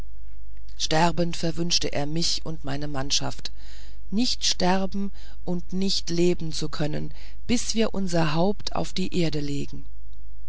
sterbend verwünschte er mich und meine mannschaft nicht sterben und nicht leben zu können bis wir unser haupt auf die erde legen